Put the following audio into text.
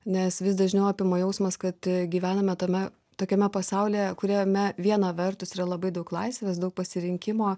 nes vis dažniau apima jausmas kad gyvename tame tokiame pasaulyje kuriame viena vertus yra labai daug laisvės daug pasirinkimo